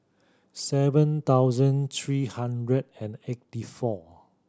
seven thousand three hundred and eighty four